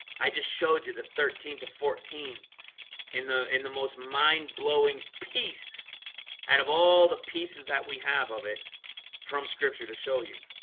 i just showed you the thirteen to fourteen in the in the most mind-blowing piece out of all the pieces that we have of it from scripture to show you